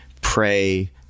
pray